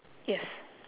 yes